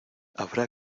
habrá